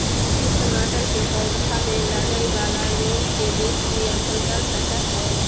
विभिन्न टमाटर के पौधा में लगय वाला रोग के बीच भी अंतर कर सकय हइ